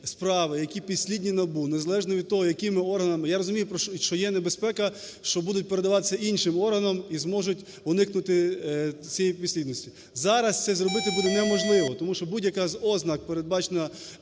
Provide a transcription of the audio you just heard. я розумію, що є небезпека, що будуть передаватися іншим органам і зможуть уникнути цієї підслідності, зараз це зробити буде неможливо, тому що будь-яка з ознак, передбачена